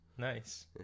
Nice